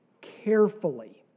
carefully